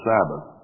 Sabbath